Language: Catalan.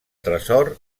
tresor